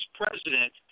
president